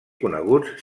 coneguts